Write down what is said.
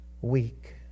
weak